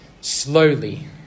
slowly